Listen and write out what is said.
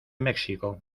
méxico